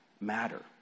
matter